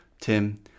Tim